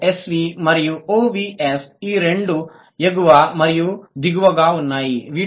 OSV మరియు OVS ఈ రెండు ఎగువ మరియు దిగువగా ఉన్నాయి